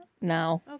No